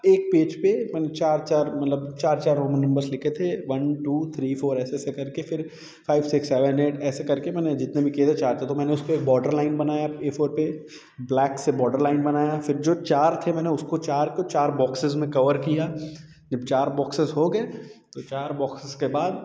एक पेज पे अपन चार चार मतलब चार चार रोमन नंबर्स लिखे थे वन टू थ्री फोर ऐसे ऐसे करके फिर फाइव सिक्स सेवेन एट ऐसे करके मैंने जितने भी किए थे चार थे तो मैंने उसपे एक बॉर्डर लाइन बनाया ए फोर पे ब्लैक से बॉर्डर लाइन बनाया फिर जो चार थे मैंने उसको चार को चार बॉक्सेस में कवर किया जब चार बॉक्सेस हो गए तो चार बॉक्सेस के बाद